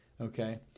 Okay